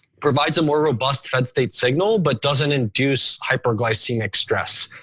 provides a more robust fed state signal but doesn't induce hyperglycemic stress,